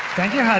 thank you, hadi.